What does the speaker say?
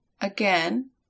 Again